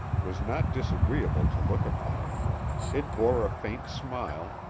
was not disagreeable to look upon it bore a faint smile,